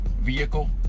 vehicle